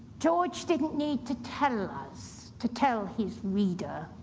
george didn't need to tell us, to tell his reader,